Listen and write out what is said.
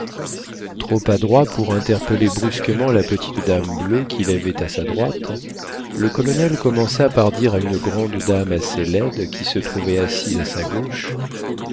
trop adroit pour interpeller brusquement la petite dame bleue qu'il avait à sa droite le colonel commença par dire à une grande dame assez laide qui se trouvait assise à sa gauche